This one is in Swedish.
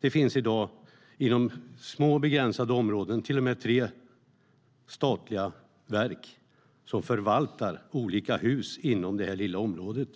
Det finns i dag i små, begränsade områden upp till tre statliga verk som förvaltar olika hus inom det lilla området.